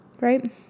right